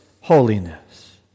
holiness